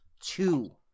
two